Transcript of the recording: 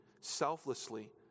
selflessly